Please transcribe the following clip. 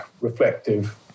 reflective